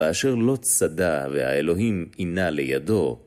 ואשר לא צדע, והאלוהים אינה לידו